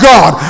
God